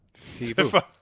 Fifa